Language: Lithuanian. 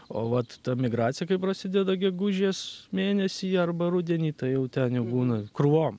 o vat ta migracija kaip prasideda gegužės mėnesį arba rudenį tai jau ten jau būna krūvom